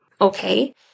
Okay